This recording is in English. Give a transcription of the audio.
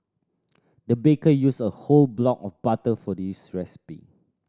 the baker used a whole block of butter for this recipe